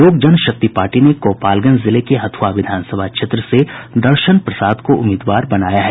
लोक जनशक्ति पार्टी ने गोपालगंज जिले के हथुआ विधानसभा क्षेत्र से दर्शन प्रसाद को उम्मीदवार बनाया है